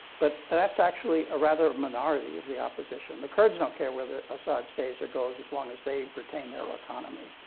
but and thats actually a rather minority of the opposition. the kurds dont care whether assad stays or goes, as long as they retain their autonomy.